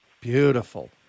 Beautiful